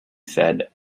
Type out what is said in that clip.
said